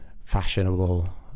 fashionable